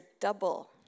double